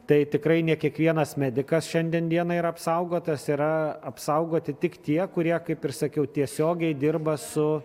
tai tikrai ne kiekvienas medikas šiandien dieną yra apsaugotas yra apsaugoti tik tie kurie kaip ir sakiau tiesiogiai dirba su